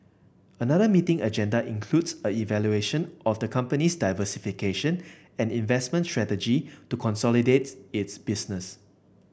another meeting agenda includes a evaluation of the company's diversification and investment strategy to consolidate its business